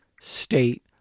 state